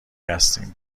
هستیم